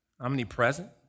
omnipresent